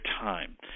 time